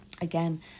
Again